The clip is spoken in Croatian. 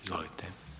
Izvolite.